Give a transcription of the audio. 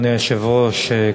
אדוני היושב-ראש,